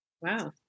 Wow